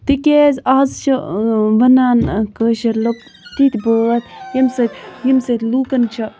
تِکیازِ آز چھُ وَنان کٲشِر لُکھ تِتھ بٲتھ ییٚمہِ سۭتۍ ییٚمہِ سۭتۍ لوٗکَن چھِ